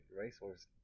racehorse